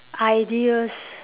ideas